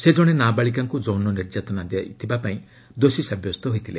ସେ ଜଣେ ନାବାଳିକାଙ୍କୁ ଯୌନ ନିର୍ଯାତନା ଦେଇଥିବାପାଇଁ ଦୋଷୀ ସାବ୍ୟସ୍ତ ହୋଇଥିଲେ